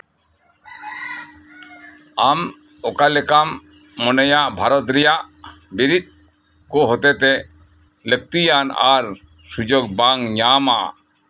ᱟᱢ ᱚᱠᱟ ᱞᱮᱠᱟᱢ ᱢᱚᱱᱮᱭᱟ ᱵᱷᱟᱨᱚᱛ ᱨᱮᱭᱟᱜ ᱵᱤᱨᱤᱫ ᱠᱚ ᱦᱚᱛᱮᱛᱮ ᱞᱟᱹᱠᱛᱤᱭᱟᱱ ᱟᱨ ᱥᱩᱡᱳᱜ ᱵᱟᱝ ᱧᱟᱢᱟ